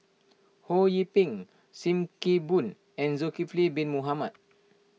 Ho Yee Ping Sim Kee Boon and Zulkifli Bin Mohamed